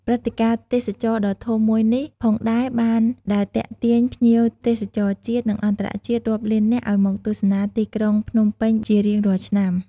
ព្រឹត្តិការណ៍ទេសចរណ៍ដ៏ធំមួយនេះផងដែរបានដែលទាក់ទាញភ្ញៀវទេសចរណ៍ជាតិ និងអន្តរជាតិរាប់លាននាក់ឱ្យមកទស្សនាទីក្រុងភ្នំពេញជារៀងរាល់ឆ្នាំ។